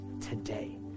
today